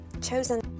chosen